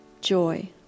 joy